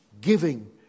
giving